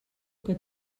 que